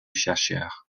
chercheur